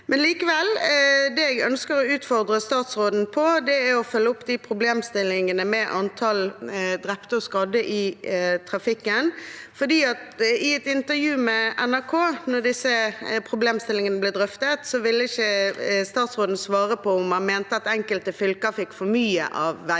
Likevel: Det jeg ønsker å utfordre statsråden på, er å følge opp problemstillingene med antall drepte og skadde i trafikken. I et intervju med NRK der disse problemstillingene ble drøftet, ville ikke statsråden svare på om man mente at enkelte fylker fikk for mye av veimidlene.